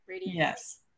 Yes